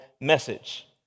message